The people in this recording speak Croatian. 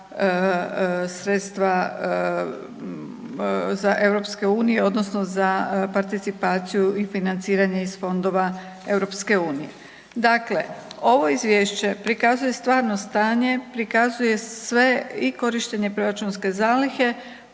sredstva za EU odnosno za participaciju i financiranje iz Fondova EU-a. Dakle, ovo izvješće prikazuje stvarno stanje, prikazuje sve i korištenje proračunske zalihe,